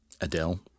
Adele